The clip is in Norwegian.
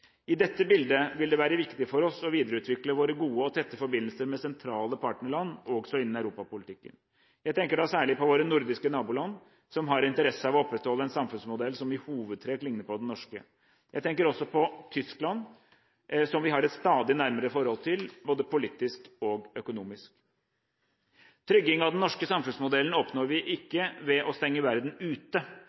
I dette bildet vil det være viktig for oss å videreutvikle våre gode og tette forbindelser med sentrale partnerland også innen europapolitikken. Jeg tenker da særlig på våre nordiske naboland, som har interesse av å opprettholde en samfunnsmodell som i hovedtrekk ligner på den norske. Jeg tenker også på Tyskland, som vi har et stadig nærmere forhold til både politisk og økonomisk. Trygging av den norske samfunnsmodellen oppnår vi ikke ved å stenge verden ute.